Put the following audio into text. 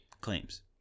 claims